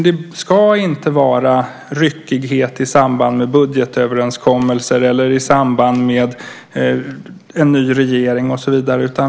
Det ska inte vara ryckighet i samband med budgetöverenskommelser eller i samband med en ny regering och så vidare.